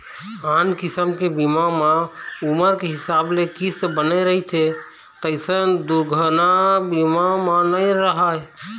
आन किसम के बीमा म उमर के हिसाब ले किस्त बने रहिथे तइसन दुरघना बीमा म नइ रहय